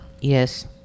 Yes